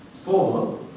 Four